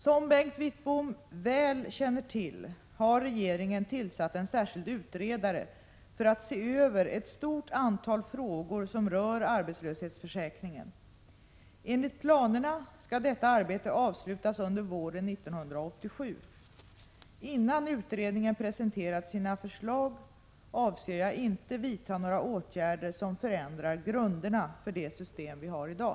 Som Bengt Wittbom väl känner till har regeringen tillsatt en särskild utredare för att se över ett stort antal frågor som rör arbetslöshetsförsäkringen. Enligt planerna skall detta arbete avslutas under våren 1987. Innan utredningen presenterat sina förslag avser jag inte vidta några åtgärder som förändrar grunderna för det system vi har i dag.